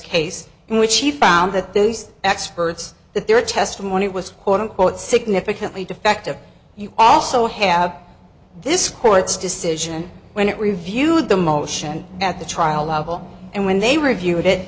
case in which he found that those experts that their testimony was quote unquote significantly defective you also have this court's decision when it reviewed the motion at the trial level and when they reviewed it